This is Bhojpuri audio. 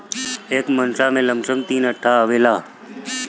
एक मंडा में लमसम तीन कट्ठा आवेला